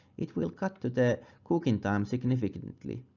it will cut the cooking time significantly.